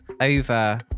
over